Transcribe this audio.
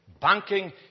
Banking